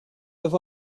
have